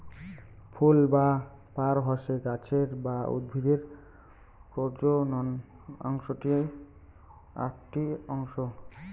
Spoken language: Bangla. ফুল বা পার হসে গাছের বা উদ্ভিদের প্রজনন আকটি অংশ